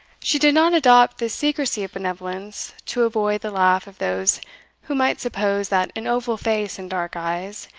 she did not adopt this secrecy of benevolence to avoid the laugh of those who might suppose that an oval face and dark eyes,